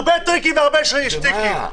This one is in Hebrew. הרבה טריקים והרבה שטיקים.